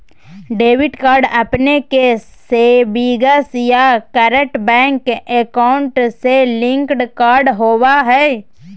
debit card अपने के savings या करंट बैंक अकाउंट से लिंक्ड कार्ड होबा हइ